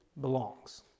belongs